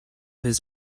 his